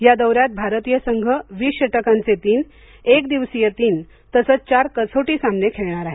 या दौऱ्यात भारतीय संघ वीस षटकांचे तीन एक दिवसीय तीन तसंच चार कसोटी सामने खेळणार आहे